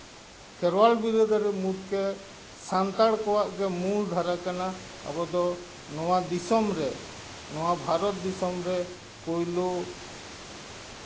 ᱠᱷᱮᱨᱣᱟᱞ ᱵᱤᱨᱟᱹᱫᱟᱹᱞᱤ ᱢᱩᱫᱽ ᱠᱮ ᱥᱟᱱᱛᱟᱲ ᱠᱚᱣᱟᱜ ᱜᱮ ᱢᱩᱞ ᱫᱷᱟᱨᱟ ᱠᱟᱱᱟ ᱟᱵᱚ ᱫᱚ ᱱᱚᱣᱟ ᱫᱤᱥᱚᱢ ᱨᱮ ᱱᱚᱣᱟ ᱵᱷᱟᱨᱚᱛ ᱫᱤᱥᱚᱢ ᱨᱮ ᱯᱳᱭᱞᱳ